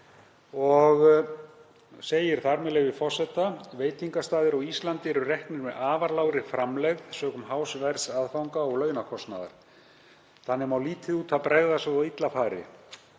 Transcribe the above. Þar segir, með leyfi forseta: „Veitingastaðir á Íslandi eru reknir með afar lágri framlegð sökum hás verðs aðfanga og launakostnaðar. Þannig má lítið út af bregða svo að illa fari.